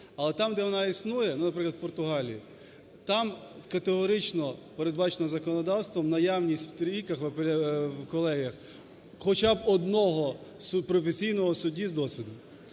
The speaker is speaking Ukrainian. Але там, де вона існує, ну, наприклад, в Португалії, там категорично передбачено законодавством наявність в трійках, в колегіях, хоча б одного професійного судді з досвідом.